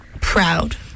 proud